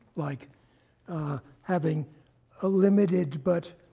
like having a limited, but